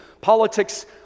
politics